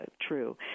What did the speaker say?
true